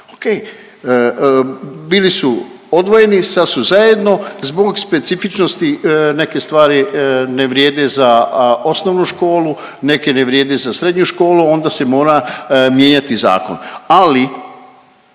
bili su odvojeni, sad su zajedno. Zbog specifičnosti neke stvari ne vrijede za osnovnu školu, neke ne vrijede za srednju školu, onda se mora mijenjati zakon,